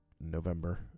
November